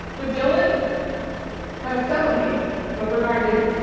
but dylan had a felony but bernard didn't.